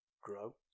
grow